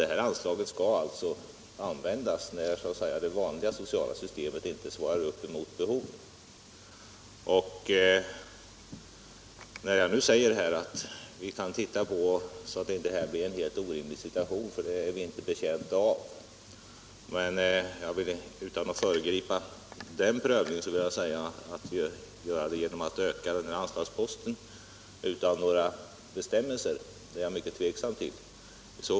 Det här anslaget skall användas när det vanliga sociala systemet inte svarar upp mot behoven. Vi skall titta på det här anslaget så att det inte uppstår en helt orimlig situation — det är vi inte betjänta av. Utan att föregripa den prövningen vill jag säga att jag är mycket tveksam till att öka anslagsposten utan några bestämmelser för hur den skall användas.